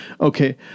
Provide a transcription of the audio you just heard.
okay